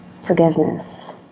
forgiveness